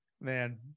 Man